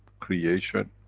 creation,